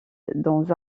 dans